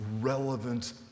relevant